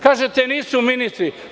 Kažete – nisu ministri.